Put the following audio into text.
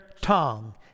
tongue